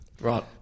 Right